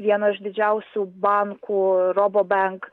vieno iš didžiausių bankų robobenk